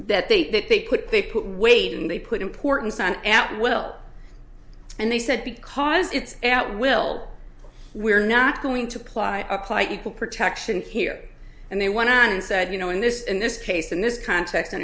that they that they put paper weight and they put importance on at will and they said because it's not will we're not going to apply apply equal protection here and they went on and said you know in this in this case in this context and